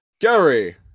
Gary